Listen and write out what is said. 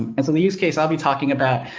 and so, the use case, i'll be talking about,